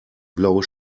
blaue